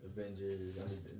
Avengers